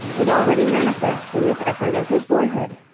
is already manifest in this effort of his boyhood.